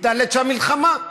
מתנהלת שם מלחמה.